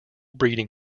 breeding